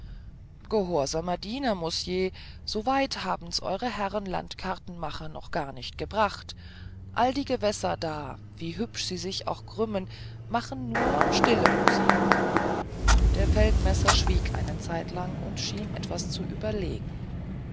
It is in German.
gehorsamer diener mosje so weit haben's eure herren landkartenmacher noch nicht gar gebracht all die gewässer da wie hübsch sie sich auch krümmen machen nur stille musik der feldmesser schwieg eine zeitlang und schien etwas zu überlegen